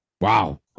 Wow